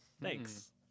Thanks